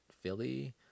Philly